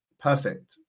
perfect